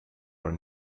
are